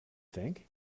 think